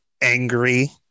angry